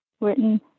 written